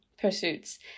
pursuits